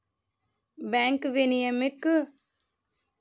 bank विनियमन जोखिम कें कम या समाप्त करै लेल जरूरी होइ छै